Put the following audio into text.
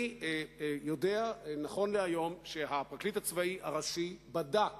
אני יודע, נכון להיום, שהפרקליט הצבאי הראשי בדק